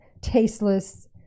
tasteless